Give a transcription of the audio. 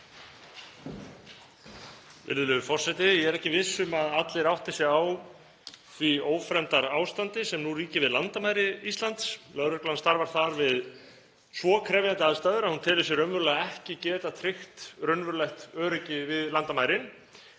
Ég er ekki viss um að allir átti sig á því ófremdarástandi sem nú ríkir við landamæri Íslands. Lögreglan starfar þar við svo krefjandi aðstæður að hún telur sig raunverulega ekki geta tryggt raunverulegt öryggi við landamærin.